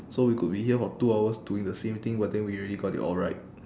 so we could be here for two hours doing the same thing but then we already got it all right